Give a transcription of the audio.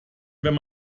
wenn